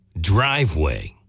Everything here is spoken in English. driveway